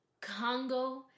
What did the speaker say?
Congo